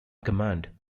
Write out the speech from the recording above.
command